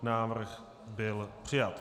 Návrh byl přijat.